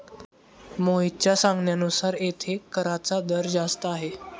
मोहितच्या सांगण्यानुसार येथे कराचा दर जास्त आहे